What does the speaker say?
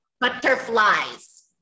butterflies